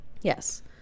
Yes